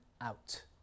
out